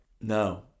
No